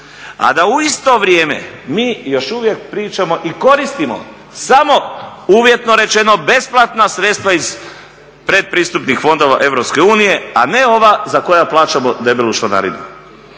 A da u isto vrijeme mi još uvijek pričamo i koristimo samo uvjetno rečeno besplatna sredstva iz pretpristupnih fondova EU, a ne ova za koja plaćamo debelu članarinu.